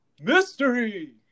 mystery